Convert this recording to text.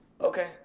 Okay